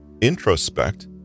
Introspect